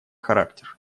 характер